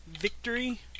victory